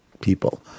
people